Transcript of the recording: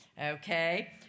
Okay